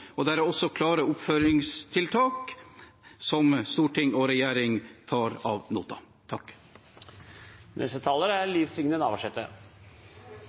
rapport. Det er også klare oppfølgingstiltak, som storting og regjering tar ad notam. Det er